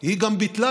הוא כל כך משמעותי.